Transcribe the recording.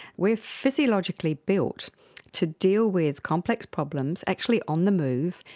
we are physiologically built to deal with complex problems actually on the move,